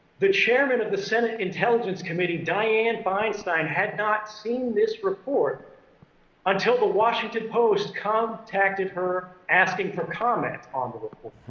the chairman of the senate intelligence committee, dianne feinstein, had not seen this report until the washington post contacted her asking for comment on the report.